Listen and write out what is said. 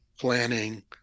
planning